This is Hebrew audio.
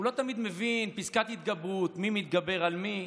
הוא לא תמיד מבין, פסקת ההתגברות, מי מתגבר על מי,